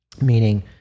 Meaning